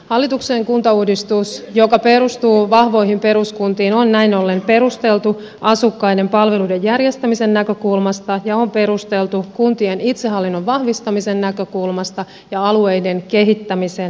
hallituksen kuntauudistus joka perustuu vahvoihin peruskuntiin on näin ollen perusteltu asukkaiden palveluiden järjestämisen näkökulmasta kuntien itsehallinnon vahvistamisen näkökulmasta ja alueiden kehittämisen näkökulmasta